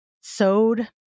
sewed